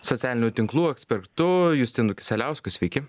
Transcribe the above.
socialinių tinklų ekspertu justinu kisieliausku sveiki